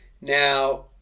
Now